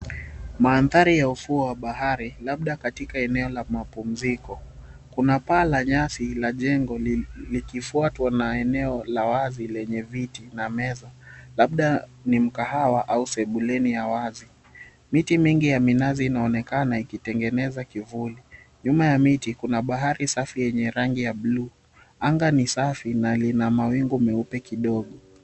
Mandhari ya ufuo wa bahari, labda katika eneo la mapumziko, kuna paa la nyasi la jengo, likifuatwa na eneo la wazi lenye viti na meza; labda ni mkahawa au sebuleni ya wazi. Miti mingi ya minazi inaonekana ikitengeneza kivuli. Nyuma ya miti kuna bahari safi yenye rangi ya blue. Anga ni safi na ina mawingu meupe kidogo.